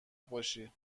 باشی